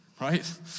Right